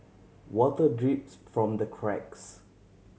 water drips from the cracks